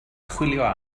chwilio